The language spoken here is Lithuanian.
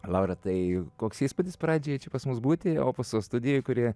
laura tai koks įspūdis pradžioj čia pas mus būti opuso studijoj kuri